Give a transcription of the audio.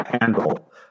handle